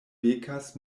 bekas